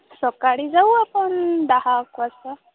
सकाळी जाऊ आपण दहाएक वाजता